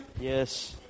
Yes